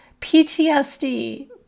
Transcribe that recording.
PTSD